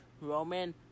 Roman